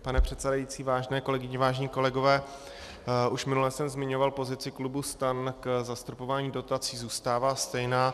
Pane předsedající, vážené kolegyně, vážení kolegové, už minule jsem zmiňoval pozici klubu STAN k zastropování dotací zůstává stejná.